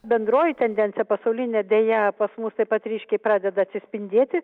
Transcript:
bendroji tendencija pasaulinė deja pas mus taip pat ryškiai pradeda atsispindėti